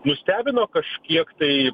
nustebino kažkiek tai